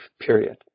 period